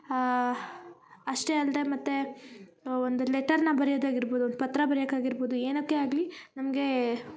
ಅಷ್ಟೆ ಅಲ್ಲದೇ ಮತ್ತು ಒಂದು ಲೆಟರ್ನ ಬರಿಯದು ಆಗಿರ್ಬೋದು ಒಂದು ಪತ್ರ ಬರಿಯಕ್ಕೆ ಆಗಿರ್ಬೋದು ಏನಕ್ಕೆ ಆಗಲಿ ನಮಗೆ